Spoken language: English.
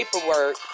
paperwork